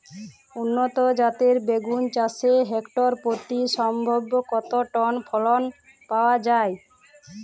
উন্নত জাতের বেগুন চাষে হেক্টর প্রতি সম্ভাব্য কত টন ফলন পাওয়া যায়?